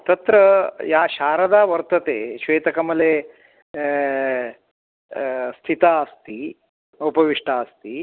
तत्र या शारदा वर्तते श्वेतकमले स्थिता अस्ति उपविष्टा अस्ति